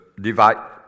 divide